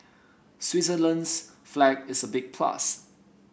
Switzerland's flag is a big plus